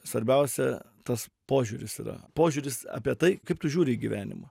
svarbiausia tas požiūris yra požiūris apie tai kaip tu žiūri į gyvenimą